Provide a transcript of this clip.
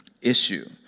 issue